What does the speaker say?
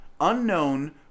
unknown